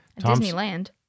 Disneyland